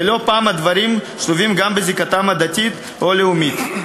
ולא פעם הדברים שלובים גם בזיקתם הדתית או הלאומית.